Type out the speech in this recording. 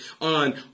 on